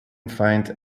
find